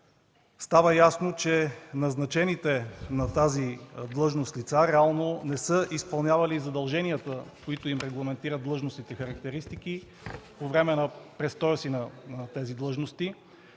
става ясно, че назначените лица на тази длъжност реално не са изпълнявали задълженията, които им регламентират длъжностните характеристики, по време на престоя си на тези длъжности.